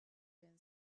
been